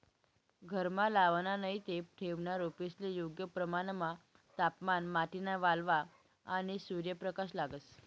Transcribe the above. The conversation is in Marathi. घरमा लावाना नैते ठेवना रोपेस्ले योग्य प्रमाणमा तापमान, माटीना वल्लावा, आणि सूर्यप्रकाश लागस